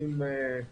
חושבים